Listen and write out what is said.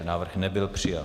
Návrh nebyl přijat.